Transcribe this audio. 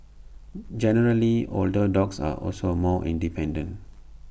generally older dogs are also more independent